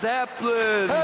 Zeppelin